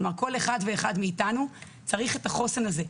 כל אחד ואחד מאיתנו צריך את החוסן הזה,